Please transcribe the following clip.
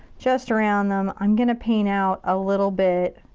just around them. i'm gonna paint out a little bit.